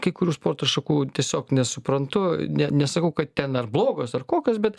kai kurių sporto šakų tiesiog nesuprantu ne nesakau kad ten ar blogos ar kokios bet